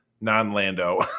non-Lando